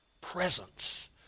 presence